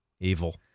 Evil